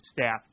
staff